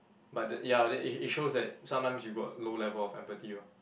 but the ya it it it shows that sometimes you got low level of empathy orh